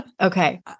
okay